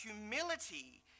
humility